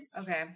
Okay